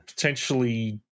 potentially